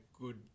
good